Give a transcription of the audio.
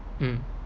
mm